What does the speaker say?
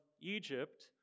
Egypt